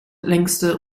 längste